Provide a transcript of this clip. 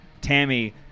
Tammy